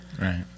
right